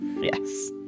Yes